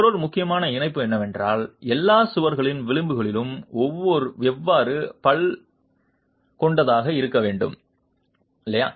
மற்றொரு முக்கியமான இணைப்பு என்னவென்றால் எல்லா சுவர்களின் விளிம்புகளும் எவ்வாறு பல் கொண்டதாக இருக்க வேண்டும் இல்லையா